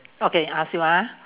okay I ask you ah